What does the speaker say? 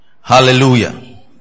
Hallelujah